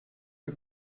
que